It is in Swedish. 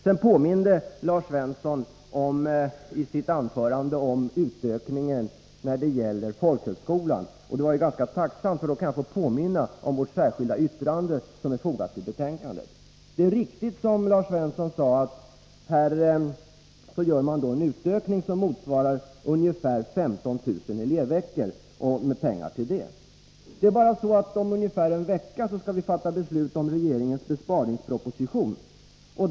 Sedan påminde Lars Svensson i sitt anförande om utökningen när det gäller folkhögskolan. Det var ganska tacksamt, för då kan jag få påminna om vårt särskilda yttrande som är fogat till betänkandet. Det är riktigt, som Lars Svensson sade, att här gör man en utökning som motsvarar ungefär 15 000 elevveckor och ger pengar till det. Det är bara det att om ungefär en vecka skall vi fatta beslut om regeringens besparingsproposition.